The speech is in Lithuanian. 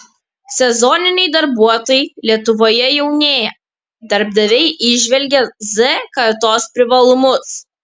sezoniniai darbuotojai lietuvoje jaunėja darbdaviai įžvelgia z kartos privalumus